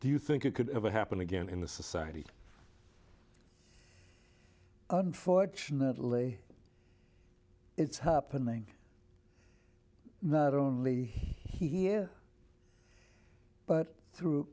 do you think it could ever happen again in the society unfortunately it's happening not only here but through